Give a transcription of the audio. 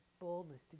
boldness